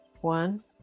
one